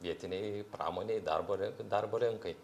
vietinei pramonei darbo darbo rinkai